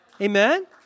Amen